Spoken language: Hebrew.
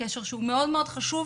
קשר שהוא מאוד חשוב,